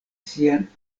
sian